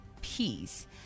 peace